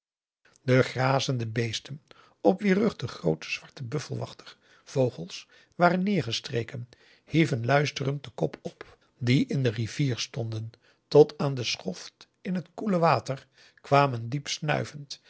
de grazende beesten op wier rug de groote zwarte buffelwachter vogels waren neergestreken hieven luisterend den kop op die in de rivier stonden tot aan de schoft in het koele water kwamen